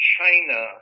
China